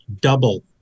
double